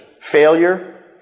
Failure